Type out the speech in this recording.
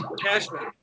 Cashman